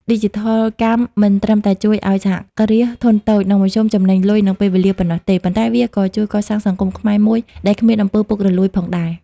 ឌីជីថលកម្មមិនត្រឹមតែជួយឱ្យ សហគ្រាសធុនតូច និងមធ្យម ចំណេញលុយ និងពេលវេលាប៉ុណ្ណោះទេ ប៉ុន្តែវាក៏ជួយកសាងសង្គមខ្មែរមួយដែលគ្មាន អំពើពុករលួយ ផងដែរ។